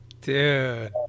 Dude